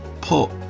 put